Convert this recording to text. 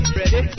ready